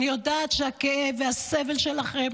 אני יודעת שהכאב והסבל שלכם